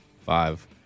Five